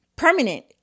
Permanent